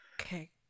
Okay